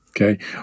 Okay